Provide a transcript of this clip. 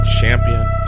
champion